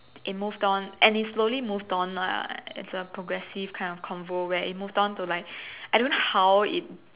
it moved on and it slowly moved on lah as a progressive kind of convo where it moved on to like I don't know how it